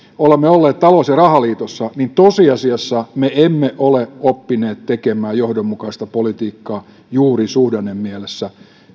olemme olleet talous ja rahaliitossa tosiasiassa me emme ole oppineet tekemään johdonmukaista politiikkaa juuri suhdannemielessä